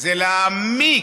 זה להעמיק,